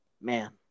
man